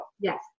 Yes